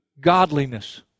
godliness